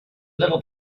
little